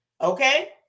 okay